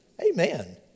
Amen